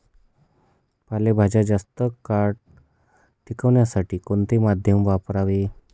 पालेभाज्या जास्त काळ टिकवण्यासाठी कोणते माध्यम वापरावे?